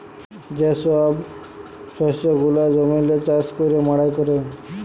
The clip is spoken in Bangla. যে ছব শস্য গুলা জমিল্লে চাষ ক্যইরে মাড়াই ক্যরে